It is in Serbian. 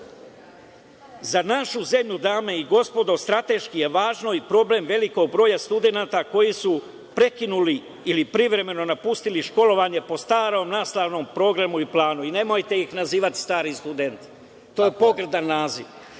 Za našu zemlju, dame i gospodo, strateški je važno i problem velikog broja studenata koji su prekinuli ili privremeno napustili školovanje po starom nastavnom programu i planu. Nemojte ih nazivati stari studenti. To je pogrdan naziv.